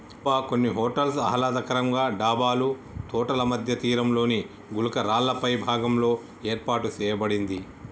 అబ్బ కొన్ని హోటల్స్ ఆహ్లాదకరంగా డాబాలు తోటల మధ్య తీరంలోని గులకరాళ్ళపై భాగంలో ఏర్పాటు సేయబడింది